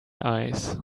eyes